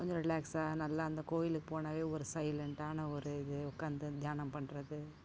கொஞ்சம் ரிலாக்ஸாக நல்லா அந்த கோயிலுக்கு போனாவே ஒரு சைலன்டான ஒரு இது உட்காந்து தியானம் பண்ணுறது